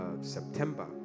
September